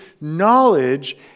knowledge